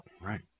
right